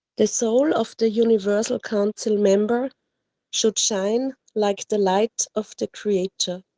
the soul of the universal council member should shine like the light of the creator,